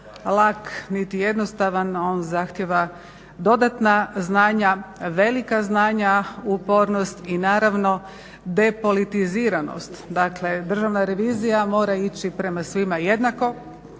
lak niti jednostavan, on zahtjeva dodatna znanja, velika znanja, upornost i naravno depolitiziranost, dakle državna revizija mora ići prema svima jednako